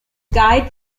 guides